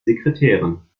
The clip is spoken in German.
sekretärin